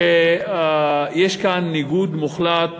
שיש כאן ניגוד מוחלט